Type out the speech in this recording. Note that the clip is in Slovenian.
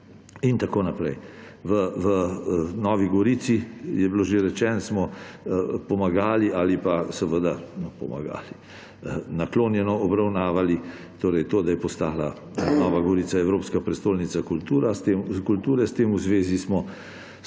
in tako naprej. V Novi Gorici, je bilo že rečeno, smo pomagali, no pomagali, ali pa naklonjeno obravnavali to, da je postala Nova Gorica evropska prestolnica kulture. S tem v zvezi smo šli